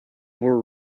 were